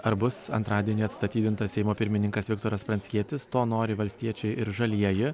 ar bus antradienį atstatydintas seimo pirmininkas viktoras pranckietis to nori valstiečiai ir žalieji